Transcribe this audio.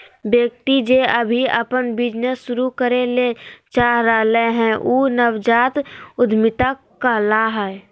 व्यक्ति जे अभी अपन बिजनेस शुरू करे ले चाह रहलय हें उ नवजात उद्यमिता कहला हय